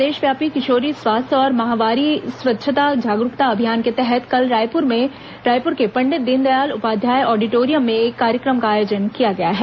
प्रदेशव्यापी किशोरी स्वास्थ्य और माहवारी स्वच्छता जागरूकता अभियान के तहत कल रायपुर के पंडित दीनदयाल उपाध्याय ऑडिटोरियम में एक कार्यक्रम का आयोजन किया गया है